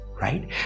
Right